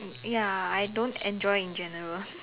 ya I don't enjoy in general